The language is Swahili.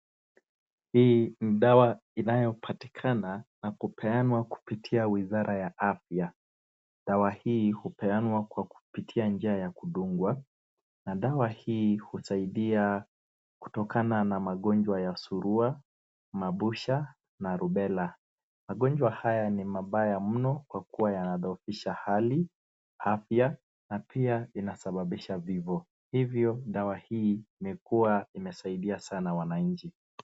Hii ni dawa inayopatikana na kupeanwa kupitia wizara ya afya. Dawa hii hupeanwa kwa kupitia njia ya kudungwa na dawa hii hisaidia kutokana na magonjwa ya surua, mabusha na rubela, magonjwa haya ni mabaya mno kwa kuwa yanadhoofisha hali, afya na huwa yanasababisha vifo hivyo dawa hii ni huwa inasaidia sana wananchi.